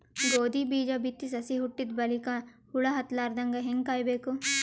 ಗೋಧಿ ಬೀಜ ಬಿತ್ತಿ ಸಸಿ ಹುಟ್ಟಿದ ಬಲಿಕ ಹುಳ ಹತ್ತಲಾರದಂಗ ಹೇಂಗ ಕಾಯಬೇಕು?